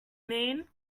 mean